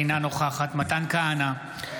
אינה נוכחת מתן כהנא,